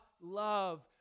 love